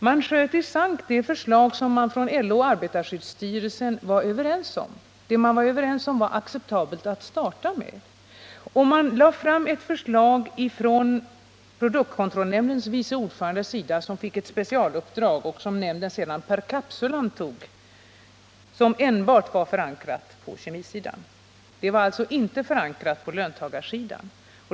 Man sköt i sank det förslag som LO och arbetarskyddsstyrelsen ansåg som acceptabelt att starta med. Produktkontrollnämndens vice ordförande fick specialuppdraget att lägga fram ett förslag som nämnden sedan per capsulam tog och som enbart var förankrat på kemisidan. Förslaget var alltså inte förankrat på löntagarsidan.